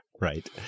Right